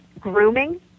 grooming